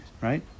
right